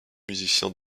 musiciens